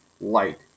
light